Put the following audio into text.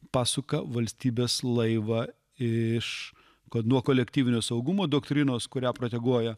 pasuka valstybės laivą iš kad nuo kolektyvinio saugumo doktrinos kurią proteguoja